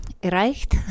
erreicht